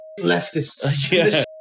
Leftists